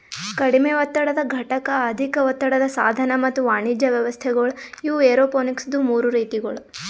ಕಡಿಮೆ ಒತ್ತಡದ ಘಟಕ, ಅಧಿಕ ಒತ್ತಡದ ಸಾಧನ ಮತ್ತ ವಾಣಿಜ್ಯ ವ್ಯವಸ್ಥೆಗೊಳ್ ಇವು ಏರೋಪೋನಿಕ್ಸದು ಮೂರು ರೀತಿಗೊಳ್